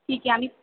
ठीक आहे आम्ही